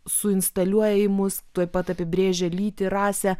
suinstaliuoja į mus tuoj pat apibrėžia lytį rasę